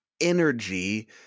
Energy